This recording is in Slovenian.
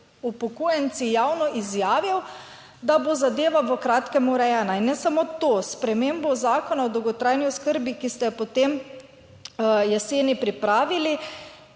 upokojenci, javno izjavil, da bo zadeva v kratkem urejena in ne samo to, spremembo Zakona o dolgotrajni oskrbi, ki ste jo potem jeseni pripravili,